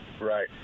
Right